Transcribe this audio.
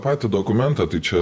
patį dokumentą tai čia